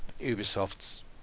Ubisoft's